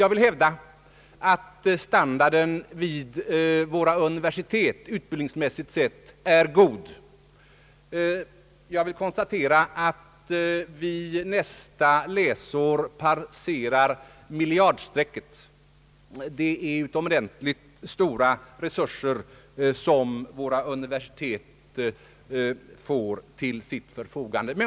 Jag vill hävda att standarden utbildningsmässigt sett är god vid våra universitet och konstaterar att vi nästa läsår passerar miljardstrecket i fråga om anslag. Det är utomordentligt stora resurser som våra universitet får till sitt förfogande.